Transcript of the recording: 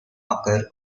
occur